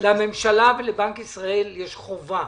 לממשלה ולבנק ישראל יש חובה